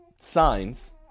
signs